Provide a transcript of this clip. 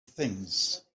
things